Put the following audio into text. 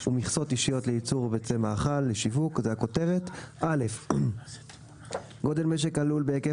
ומכסות אישיות לייצור ביצי מאכל לשיווק 31. גודל משק הלול בהיקף